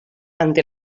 ante